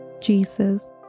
Jesus